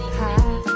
high